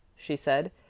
she said,